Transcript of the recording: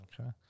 Okay